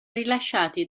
rilasciati